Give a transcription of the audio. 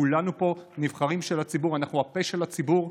כולנו פה הנבחרים של הציבור, אנחנו הפה של הציבור,